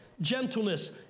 gentleness